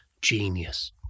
genius